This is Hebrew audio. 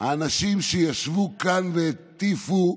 האנשים שישבו כאן והטיפו,